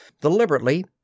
Deliberately